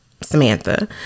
Samantha